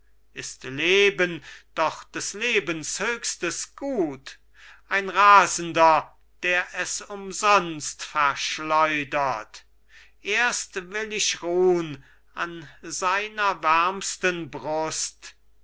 ist leben doch des lebens höchstes gut ein rasender der es umsonst verschleudert erst will ich ruhn an seiner wärmsten brust